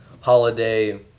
holiday